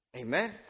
Amen